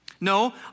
No